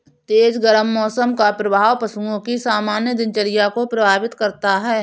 तेज गर्म मौसम का प्रभाव पशुओं की सामान्य दिनचर्या को प्रभावित करता है